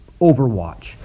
Overwatch